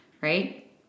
right